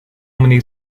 many